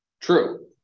true